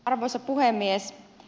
arvoisa puhemies